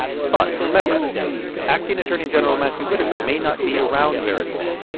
but remember acting attorney general matthew whitaker may not be around very long.